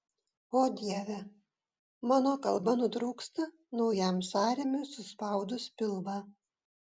o dieve mano kalba nutrūksta naujam sąrėmiui suspaudus pilvą